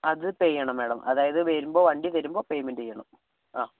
അത് പേ ചെയ്യണം മാഡം അതായത് വരുമ്പോൾ വണ്ടി തരുമ്പോൾ പെയ്മെൻ്റ് ചെയ്യണം ആ